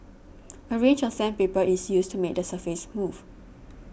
a range of sandpaper is used to make the surface smooth